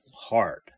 hard